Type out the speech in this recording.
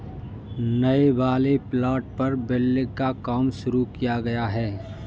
नए वाले प्लॉट पर बिल्डिंग का काम शुरू किया है